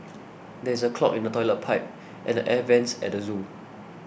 there is a clog in the Toilet Pipe and the Air Vents at the zoo